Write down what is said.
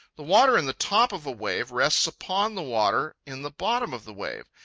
the water in the top of a wave rests upon the water in the bottom of the wave.